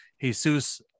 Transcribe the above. jesus